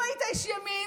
אם היית איש ימין,